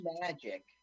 magic